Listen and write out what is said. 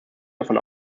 davon